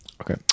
Okay